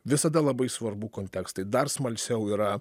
visada labai svarbu kontekstai dar smalsiau yra